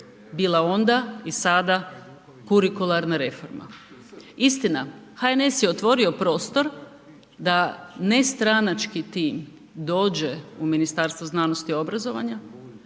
bila onda i sada kurikularna reforma. Istina, HNS je otvorio prostor da ne stranački tim dođe u Ministarstvo znanosti i obrazovanja,